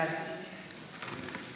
בעד